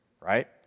right